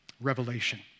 Revelation